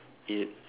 it